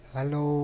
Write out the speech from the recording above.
Hello